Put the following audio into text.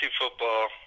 football